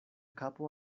kapo